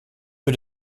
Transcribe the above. für